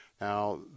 Now